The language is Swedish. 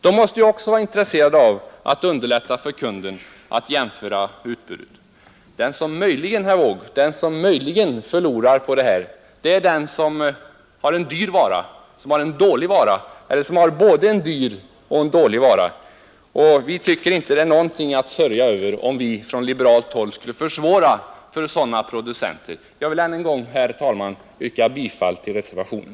De måste ju också vara intresserade av att underlätta för kunden att jämföra utbud. Den som möjligen förlorar på detta är den som har en dyr vara, en dålig vara eller en både dyr och dålig vara. Vi tycker inte det är någonting att sörja över om vi från liberalt håll skulle försvåra för sådana producenter att sälja sina varor. Jag vill ännu en gång, herr talman, yrka bifall till reservationen.